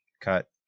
Cut